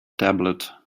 tablet